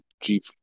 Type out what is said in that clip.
Jeep